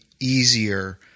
easier